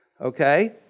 okay